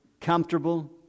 comfortable